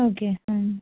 okay